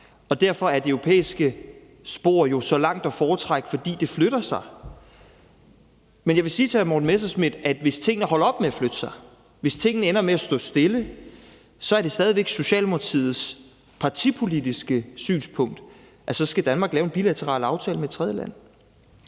og derfor er det europæiske spor jo så langt at foretrække, fordi tingene flytter sig. Men jeg vil sige til hr. Morten Messerschmidt, at hvis tingene holder op med at flytte sig, hvis tingene ender med at stå stille, er det stadig væk Socialdemokratiets partipolitiske synspunkt, at så skal Danmark lave en bilateral aftale med et tredjeland.